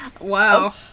Wow